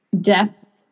depth